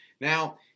Now